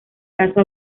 caso